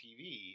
TV